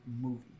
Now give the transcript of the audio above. movie